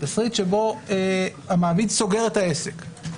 תסריט שבו המעביד סוגר את העסק,